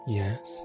yes